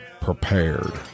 prepared